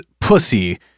pussy